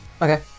Okay